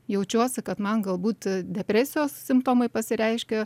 jaučiuosi kad man galbūt depresijos simptomai pasireiškė